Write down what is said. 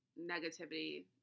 negativity